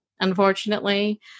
unfortunately